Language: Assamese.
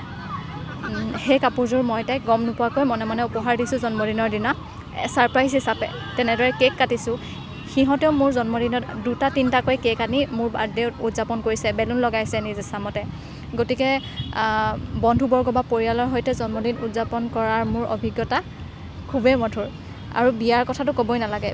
সেই কাপোৰযোৰ মই তাইক গম নোপোৱাকৈ মনে মনে উপহাৰ দিছোঁ জন্মদিনৰ দিনা ছাৰপ্ৰাইজ হিচাপে তেনেদৰে কেক কাটিছোঁ সিহঁতেও মোৰ জন্মদিনত দুটা তিনিটাকৈ কেক আনি মোৰ বাৰ্থডে উদযাপন কৰিছে বেলুন লগাইছে নিজ ইচ্ছামতে গতিকে বন্ধুবৰ্গ বা পৰিয়ালৰ সৈতে জন্মদিন উদযাপন কৰাৰ মোৰ অভিজ্ঞতা খুবেই মধুৰ আৰু বিয়াৰ কথাটো ক'বই নালাগে